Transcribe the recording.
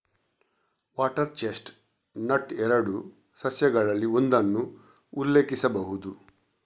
water chestnut ಎರಡು ಸಸ್ಯಗಳಲ್ಲಿ ಒಂದನ್ನು ಉಲ್ಲೇಖಿಸಬಹುದು